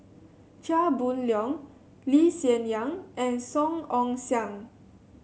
Chia Boon Leong Lee Hsien Yang and Song Ong Siang